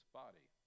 body